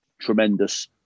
Tremendous